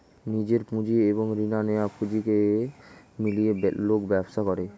নিজের পুঁজি এবং রিনা নেয়া পুঁজিকে মিলিয়ে লোক ব্যবসা করে